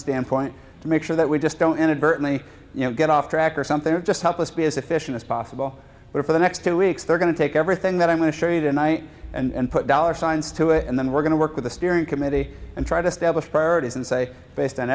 standpoint to make sure that we just don't inadvertently you know get off track or something or just help us be as efficient as possible but for the next two weeks they're going to take everything that i'm going to show you tonight and put dollar signs to it and then we're going to work with the steering committee and try to establish priorities and say based on